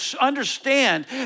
understand